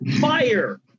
fire